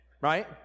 Right